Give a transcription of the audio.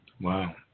Wow